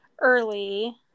early